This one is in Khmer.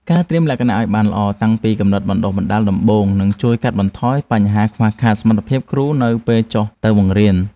ការត្រៀមលក្ខណៈឱ្យបានល្អតាំងពីកម្រិតបណ្តុះបណ្តាលដំបូងនឹងជួយកាត់បន្ថយបញ្ហាខ្វះខាតសមត្ថភាពគ្រូនៅពេលចុះទៅបង្រៀន។